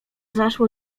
zaszło